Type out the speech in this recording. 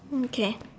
okay